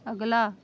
ਅਗਲਾ